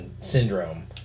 syndrome